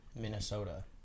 Minnesota